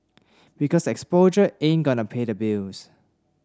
because exposure ain't gonna pay the bills